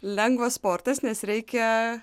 lengvas sportas nes reikia